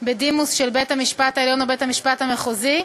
בדימוס של בית-המשפט העליון או בית-המשפט המחוזי,